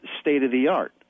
state-of-the-art